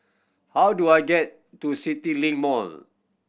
how do I get to CityLink Mall